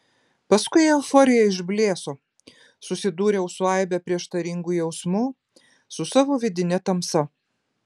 paskui euforija išblėso susidūriau su aibe prieštaringų jausmų su savo vidine tamsa